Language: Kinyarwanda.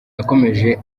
yakomeje